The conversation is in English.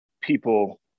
people